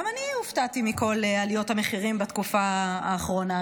גם אני הופתעתי מכל עליות המחירים בתקופה האחרונה.